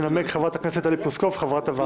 תנמק חברת הכנסת טלי פלוסקוב, חברת הוועדה.